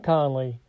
Conley